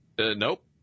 Nope